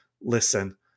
listen